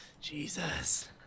Jesus